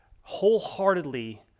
wholeheartedly